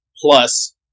plus